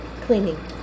cleaning